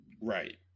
Right